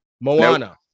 Moana